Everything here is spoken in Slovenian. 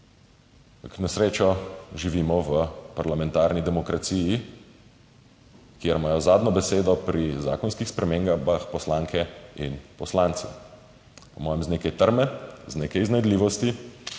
na srečo živimo v parlamentarni demokraciji, kjer imajo zadnjo besedo pri zakonskih spremembah poslanke in poslanci. Po mojem z nekaj trme, z nekaj iznajdljivosti